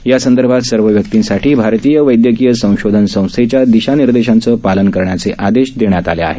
यासंदर्भात सर्व व्यक्तींसाठी भारतीय वैद्यकीय संशोधन संस्थेच्या दिशानिर्देशांचे पालन करण्याचे आदेश देण्यात आले आहेत